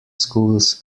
schools